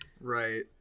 right